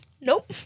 Nope